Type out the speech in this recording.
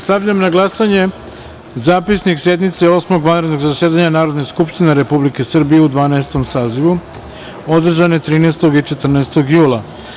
Stavljam na glasanje Zapisnik sednice Osmog vanrednog zasedanja Narodne skupštine Republike Srbije u Dvanaestom sazivu, održane 13. i 14. jula.